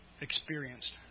Experienced